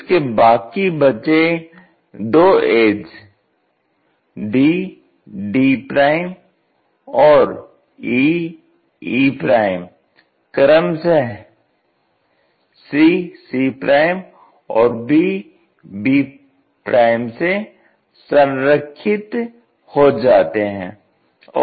इसके बाकी बचे दो एज dd और ee कर्मशः cc और bb से संरेखित हो जाते हैं